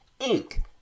Inc